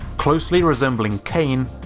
closely resembling kane.